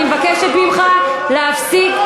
אני מבקשת ממך להפסיק,